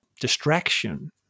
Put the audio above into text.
distraction